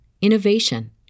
innovation